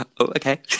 okay